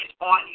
on